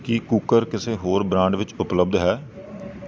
ਕੀ cooker ਕਿਸੇ ਹੋਰ brand ਵਿੱਚ ਉਪਲੱਬਧ ਹੈ